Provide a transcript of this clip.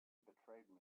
betrayed